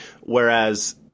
Whereas